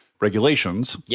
regulations